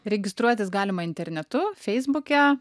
registruotis galima internetu feisbuke